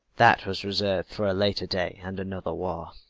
that was reserved for a later day and another war.